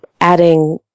Adding